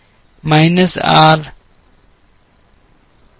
minus R यदि R 1 से कम है